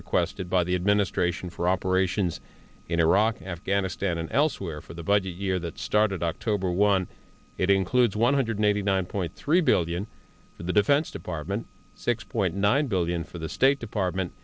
requested by the administration for operations in iraq afghanistan and elsewhere for the budget year that started october one it includes one hundred eighty nine point three billion the defense department six point nine billion for the state department